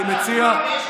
רע"מ דורשים.